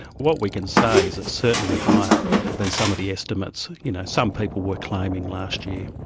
what we can say is it's certainly higher than some of the estimates you know some people were claiming last year.